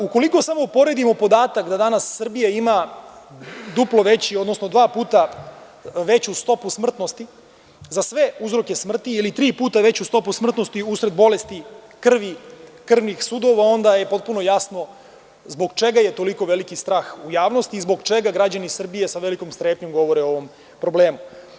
Ukoliko samo uporedimo podataka da danas Srbija ima duplo veću, odnosno dva puta veću stopu smrtnosti za sve uzroke smrti, ili tri puta veću stopu smrtnosti usled bolesti krvi i krvnih sudova, onda je potpuno jasno zbog čega je toliko veliki strah u javnosti i zbog čega građani Srbije sa velikom strepnjom govore o ovom problemu.